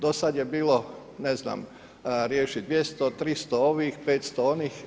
Do sad je bilo, ne znam, riješi 200-300 ovih, 500 onih.